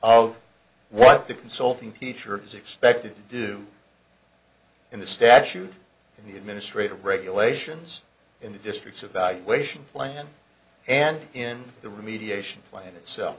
of what the consulting teacher is expected to do in the statute and the administrative regulations in the district's evaluation plan and in the remediation plan itself